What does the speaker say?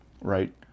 Right